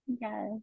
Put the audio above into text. Yes